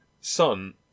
son